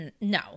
No